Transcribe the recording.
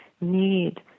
need